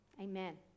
Amen